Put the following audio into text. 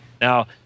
now